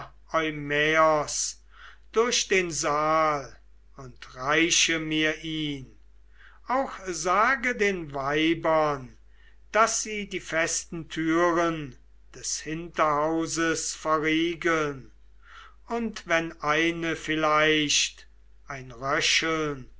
durch den saal und reiche mir ihn auch sage den weibern daß sie die festen türen des hinterhauses verriegeln und wenn eine vielleicht ein röcheln